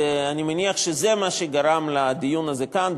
ואני מניח שזה מה שגרם לדיון הזה כאן,